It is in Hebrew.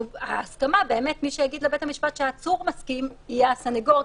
ושמי שיגיד לבית המשפט שהעצור מסכים יהיה הסנגור,